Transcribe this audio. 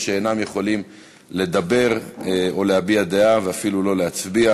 שאינם יכולים לדבר או להביע דעה ואפילו לא להצביע.